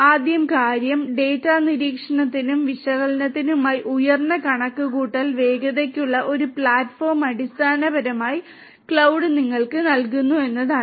ആദ്യ കാര്യം ഡാറ്റ നിരീക്ഷണത്തിനും വിശകലനത്തിനുമായി ഉയർന്ന കണക്കുകൂട്ടൽ വേഗതയ്ക്കുള്ള ഒരു പ്ലാറ്റ്ഫോം അടിസ്ഥാനപരമായി ക്ലൌഡ് നിങ്ങൾക്ക് നൽകുന്നു എന്നതാണ്